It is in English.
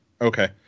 okay